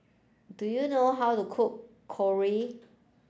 do you know how to cook Korokke